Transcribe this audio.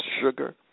sugar